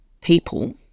people